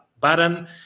button